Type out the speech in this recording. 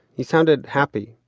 he sounded happy,